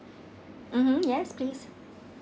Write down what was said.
mmhmm yes please